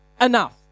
enough